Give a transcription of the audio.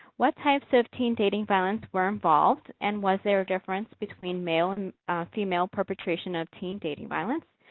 what types of teen dating violence were involved, and was there a difference between male and female perpetration of teen dating violence?